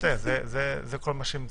זה כל מה שהיא מציעה.